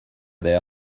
their